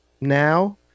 now